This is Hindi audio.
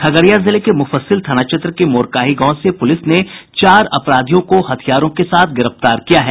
खगड़िया जिले के मुफस्सिल थाना क्षेत्र के मोरकाही गांव से पुलिस ने चार अपराधियों को हथियारों के साथ गिरफ्तार किया है